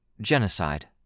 genocide